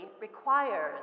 requires